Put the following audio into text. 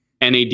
NAD+